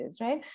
right